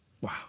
Wow